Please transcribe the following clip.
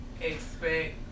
expect